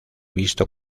visto